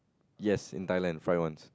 yes in Thailand fry ones